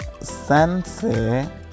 Sensei